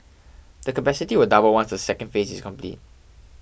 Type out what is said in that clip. the capacity will double once the second phase is complete